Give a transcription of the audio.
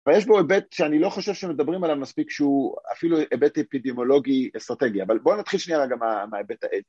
ויש בו היבט שאני לא חושב שמדברים עליו מספיק שהוא אפילו היבט אפידמולוגי אסטרטגי, אבל בואו נתחיל שנייה רגע מההיבט האתי